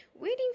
waiting